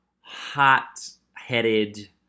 hot-headed